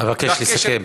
אבקש לסכם.